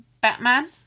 Batman